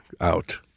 out